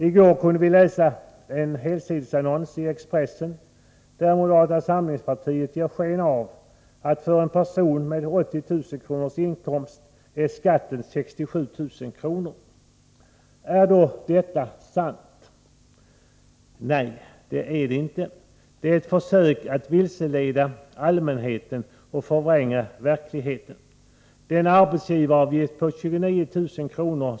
I går kunde vi läsa en helsidesannons i Expressen där moderata samlingspartiet ger sken av att skatten för en person med 80000 kronors inkomst är 67 000 kr. Är då detta sant? Nej, det är ett försök att vilseleda allmänheten och förvränga verkligheten. Den arbetsgivaravgift på 29000 kr.